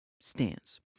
Stands